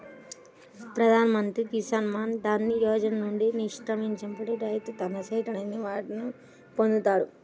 ప్రధాన్ మంత్రి కిసాన్ మాన్ ధన్ యోజన నుండి నిష్క్రమించినప్పుడు రైతు తన సేకరించిన వాటాను పొందుతాడు